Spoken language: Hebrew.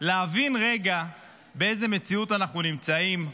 להבין רגע באיזו מציאות אנחנו נמצאים,